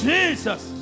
Jesus